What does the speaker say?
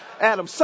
Adam